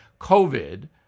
COVID